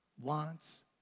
wants